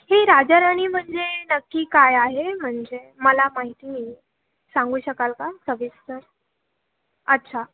ही राजारानी म्हणजे नक्की काय आहे म्हणजे मला माहिती नाही सांगू शकाल का सविस्तर अच्छा